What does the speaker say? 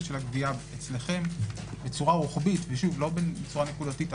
של הגבייה אצלכם בצורה רוחבית לא נקודתית.